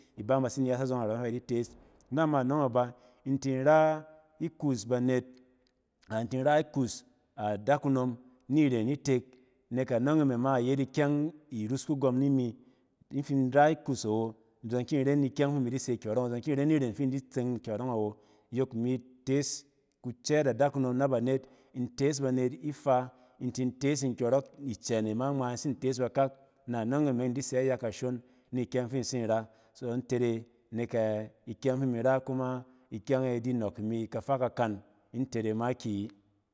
Iba ↄng ba tsin di yas azↄng narↄng fɛ ba di tees. Na ma nↄng aba, in tin ra ikus banet, a in tin ra ikus adakunom ni ren itek nek anↄng e me ma ayet ikyɛng irus kagↄm ni mi. In fin ra ikus awo zↄng kɛ in ren ikyɛng fi imi di se kyↄrↄng awo. zↄng ki in ren iren fi indi tseng kyↄrↄng awo. Yok imi tees kucɛɛt adakunom na banet, in tees banet ifaa in tin tees nkyↄrↄk icɛn e ma ngma. In tsin tees bakak na nↄng e meng in di sɛ iya kashon ni kyɛng fi imi ra kuma, ikyɛng e di nↄk imi kafa kakan in tere makiyi.